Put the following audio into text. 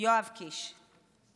יואב קיש.